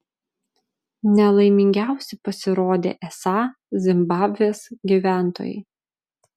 nelaimingiausi pasirodė esą zimbabvės gyventojai